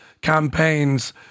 campaigns